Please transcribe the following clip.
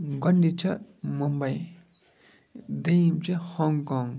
گۄڈنِچ چھےٚ مُمبَے دٔیِم چھِ ہانٛگ کانٛگ